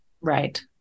Right